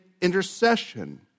intercession